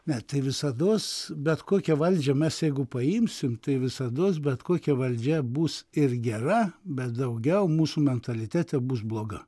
ne tai visados bet kokią valdžią mes jeigu paimsim tai visados bet kokia valdžia bus ir gera bet daugiau mūsų mentalitete bus bloga